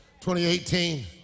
2018